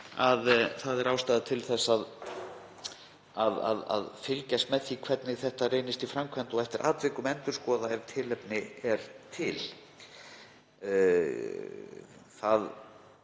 það er ástæða til þess að fylgjast með því hvernig þetta reynist í framkvæmd og eftir atvikum endurskoða ef tilefni er til. Það